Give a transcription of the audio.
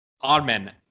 Armen